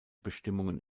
bestimmungen